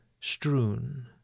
strewn